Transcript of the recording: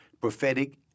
prophetic